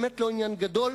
באמת לא עניין גדול,